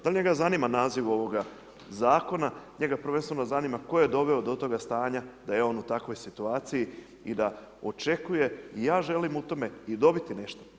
Da li njega zanima naziv ovoga zakona, njega prvenstveno zanima tko je doveo do toga stanja da je on u takvoj situaciji i da očekuje i ja želim u tome i dobiti nešto.